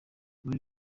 muri